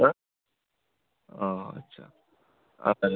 ও আচ্ছা আপনার